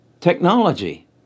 technology